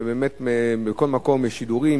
בכל מקום יש שידורים,